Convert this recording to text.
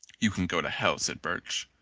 you can go to hell, said birch.